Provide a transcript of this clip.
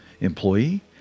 employee